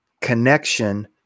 connection